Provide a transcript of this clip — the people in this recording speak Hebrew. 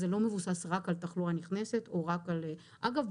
אז זה לא מבוסס רק על תחלואה נכנסת או רק על אגב,